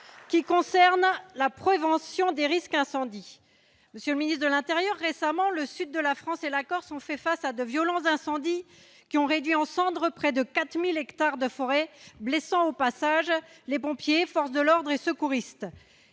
qui concerne à la prévention des risques incendie monsieur ministre de l'Intérieur, récemment, le sud de la France et la Corse ont fait face à de violence, d'incendies qui ont réduit en cendres près de 4000 hectares de forêt, blessant au passage les pompiers et forces de l'ordre et secouristes,